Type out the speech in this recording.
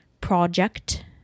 project